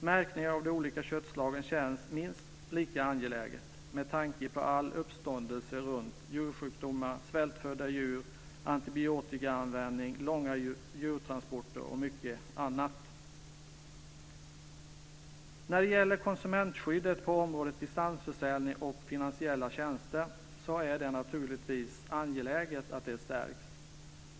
Märkning av de olika köttslagen känns minst lika angeläget med tanke på all uppståndelse runt djursjukdomar, svältfödda djur, antibiotikaanvändning, långa djurtransporter och mycket annat. När det gäller konsumentskyddet på området distansförsäljning och finansiella tjänster så är det naturligtvis angeläget att det stärks.